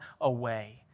away